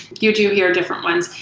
you do hear different ones.